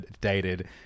dated